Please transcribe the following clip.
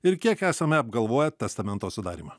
ir kiek esame apgalvoję testamento sudarymą